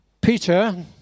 Peter